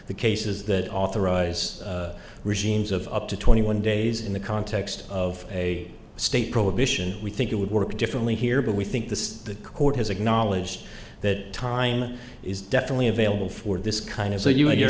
cases that authorize regimes of up to twenty one days in the context of a state prohibition we think it would work differently here but we think this the court has acknowledged that time is definitely available for this kind of so you and you